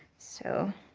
so